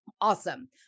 awesome